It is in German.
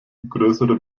größere